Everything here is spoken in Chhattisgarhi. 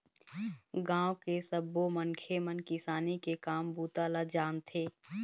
गाँव के सब्बो मनखे मन किसानी के काम बूता ल जानथे